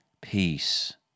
peace